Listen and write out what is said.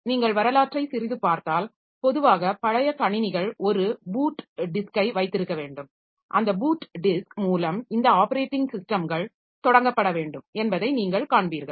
நீங்கள் வரலாற்றை சிறிது பார்த்தால் பொதுவாக பழைய கணினிகள் ஒரு பூட் டிஸ்க்கை வைத்திருக்க வேண்டும் அந்த பூட் டிஸ்க் மூலம் இந்த ஆப்பரேட்டிங் ஸிஸ்டம்கள் தொடங்கப்பட வேண்டும் என்பதை நீங்கள் காண்பீர்கள்